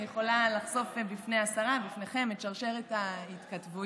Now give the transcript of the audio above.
אני יכולה לחשוף בפני השרה ובפניכם את שרשרת ההתכתבויות.